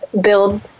build